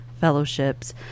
fellowships